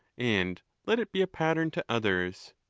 and let it be a pattern to others.